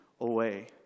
away